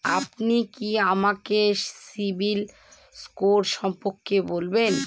আপনি কি আমাকে সিবিল স্কোর সম্পর্কে বলবেন?